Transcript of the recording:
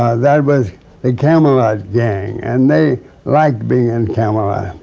that was a camelot gang and they liked being in camelot.